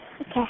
Okay